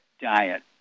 diet